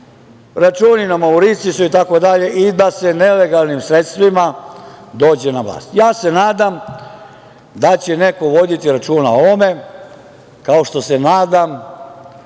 računi na Mauricijusu itd. i da se nelegalnim sredstvima dođe na vlast. Ja se nadam da će neko voditi računa o ovome, kao što se nadam